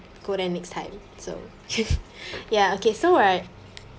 go there next time so ya okay so right